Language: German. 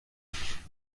ich